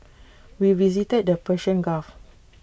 we visited the Persian gulf